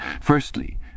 Firstly